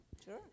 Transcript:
Sure